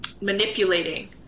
manipulating